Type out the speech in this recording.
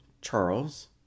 Charles